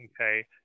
Okay